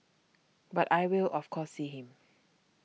but I will of course see him